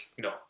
no